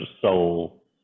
soul